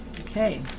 Okay